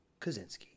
Kaczynski